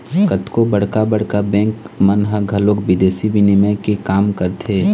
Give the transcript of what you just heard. कतको बड़का बड़का बेंक मन ह घलोक बिदेसी बिनिमय के काम करथे